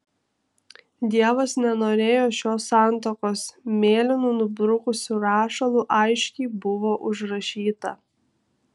dievas nenorėjo šios santuokos mėlynu nublukusiu rašalu aiškiai buvo užrašyta